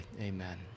amen